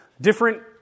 different